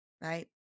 right